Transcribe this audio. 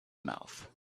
mouth